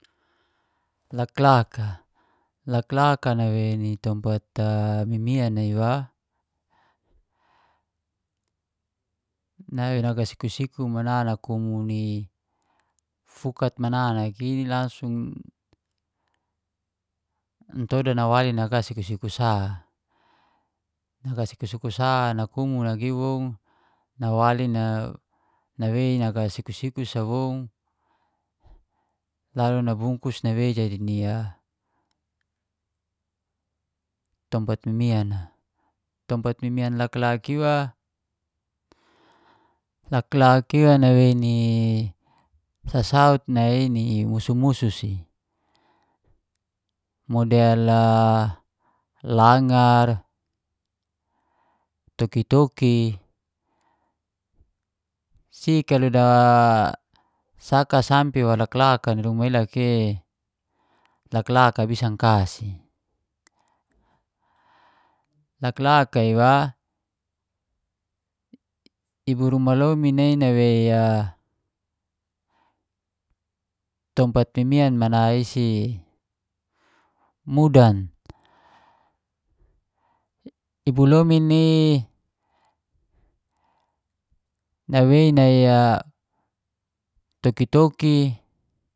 Laklak a, laklak a nawei ni tompat a mimian iwa. nawei naga siku-siku mana nakumu ni fukat mana nagi langsung natoda nawali naga siku-siku sa, naga siku-siku sa nakumu nagi woun nawali na nawei naga siku-siku sa woun lalu nabungkus nawei jadi ni a tompat mimian a. Tompat mimian laklak iwa, laklak iwa nawei ni sasaut nai ni musuh-musuh si model a langar, toki-toki. Si kalau da saka sampe wa laklak ni luma i loka i, laklak bisa ka si. Laklak a iwa i bo ruma lomin nai nawei tompat mimian mana isi mudan, i bo lomin i nawei nai a toki-toki